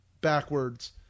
backwards